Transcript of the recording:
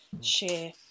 share